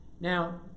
Now